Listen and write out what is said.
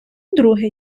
друге